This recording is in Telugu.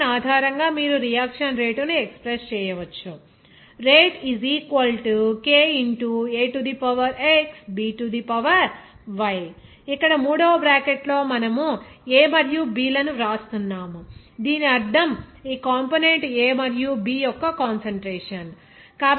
ఈ ఈక్వేషన్ ఆధారంగా మీరు రియాక్షన్ రేటును ఎక్స్ప్రెస్ చేయవచ్చు ఇక్కడ మూడవ బ్రాకెట్లో మనము ఈ A మరియు B లను వ్రాస్తున్నాను దీని అర్థం ఈ కంపోనెంట్ A మరియు B యొక్క కాన్సంట్రేషన్